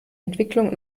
entwicklung